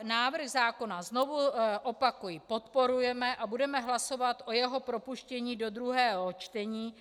Návrh zákona, znovu opakuji, podporujeme a budeme hlasovat o jeho propuštění do druhého čtení.